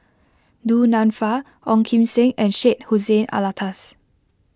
Du Nanfa Ong Kim Seng and Syed Hussein Alatas